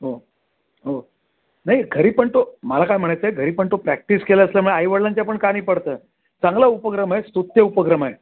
हो हो नाही घरी पण तो मला काय म्हणायचं आहे घरी पण तो प्रॅक्टिस केली असल्यामुळे आईवडिलांच्या पण कानी पडतं चांगला उपक्रम आहे स्तुत्य उपक्रम आहे